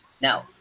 Now